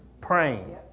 Praying